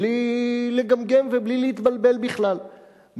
בלי לגמגם ובלי להתבלבל בכלל,